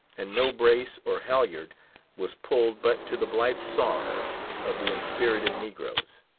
and no brace or halyard was pulled but to the blithe songs of the inspirited negroes.